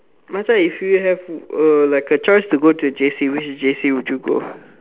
Macha if you have a like a choice to go to JC which JC would you go